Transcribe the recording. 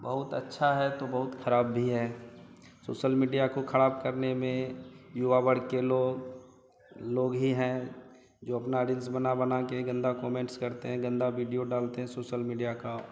बहुत अच्छा है तो बहुत ख़राब भी है सोसल मीडिया को ख़राब करने में युवा वर्ग के लोग लोग ही हैं जो अपनी रिल्स बना बनाकर गंदे कोमेंट्स करते हैं गंदा वीडियो डालते हैं सोसल मीडिया का